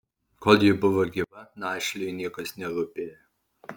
kol ji buvo gyva našliui niekas nerūpėjo